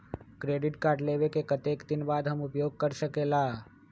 Credit card लेबे के कतेक दिन बाद हम उपयोग कर सकेला?